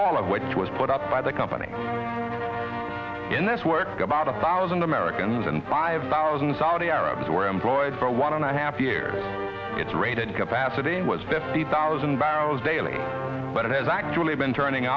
all of which was put up by the company in this work about a thousand americans and five thousand saudi arabs were employed for one and a half year it's rated capacity was fifty thousand barrels daily but it has actually been turning